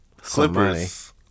Clippers